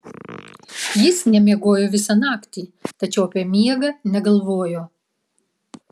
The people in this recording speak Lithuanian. jis nemiegojo visą naktį tačiau apie miegą negalvojo